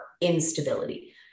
instability